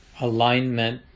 alignment